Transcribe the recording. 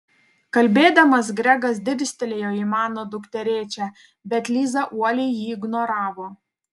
kalbėdamas gregas dirstelėjo į mano dukterėčią bet liza uoliai jį ignoravo